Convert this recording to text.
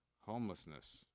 homelessness